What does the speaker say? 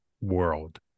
world